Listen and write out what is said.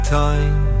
time